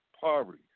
poverty